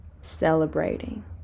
celebrating